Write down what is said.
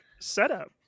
setup